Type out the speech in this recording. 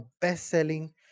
best-selling